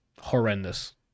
Horrendous